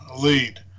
lead